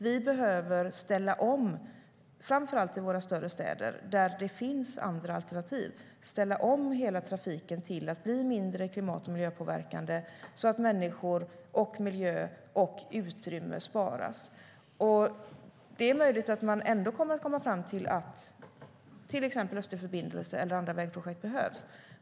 Vi behöver ställa om trafiken framför allt i våra större städer, där det finns andra alternativ, till att bli mindre klimat och miljöpåverkande så att människor, miljö och utrymme sparas. Det är möjligt att man ändå kommer att komma fram till att till exempel Östlig förbindelse eller andra vägprojekt behövs.